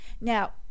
Now